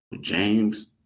James